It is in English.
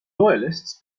loyalists